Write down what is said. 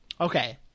Okay